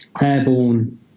airborne